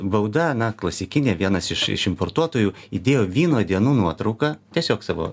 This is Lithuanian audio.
bauda na klasikinė vienas iš iš importuotojų idėjo vyno dienų nuotrauka tiesiog savo